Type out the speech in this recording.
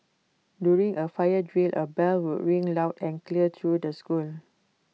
during A fire drill A bell would ring loud and clear through the school